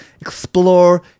explore